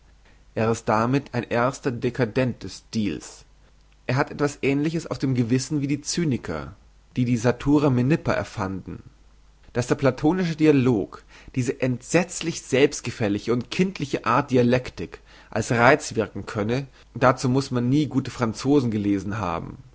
er ist damit ein erster dcadent des stils er hat etwas ähnliches auf dem gewissen wie die cyniker die die satura menippea erfanden dass der platonische dialog diese entsetzlich selbstgefällige und kindliche art dialektik als reiz wirken könne dazu muss man nie gute franzosen gelesen haben